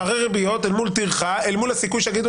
פערי ריביות אל מול טרחה אל מול הסיכוי שיגידו